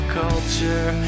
culture